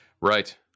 right